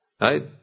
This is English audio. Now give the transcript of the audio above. Right